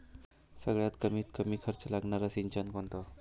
सगळ्यात कमीत कमी खर्च लागनारं सिंचन कोनचं?